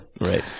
Right